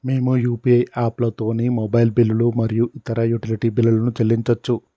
మేము యూ.పీ.ఐ యాప్లతోని మొబైల్ బిల్లులు మరియు ఇతర యుటిలిటీ బిల్లులను చెల్లించచ్చు